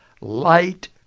light